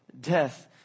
death